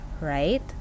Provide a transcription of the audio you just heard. right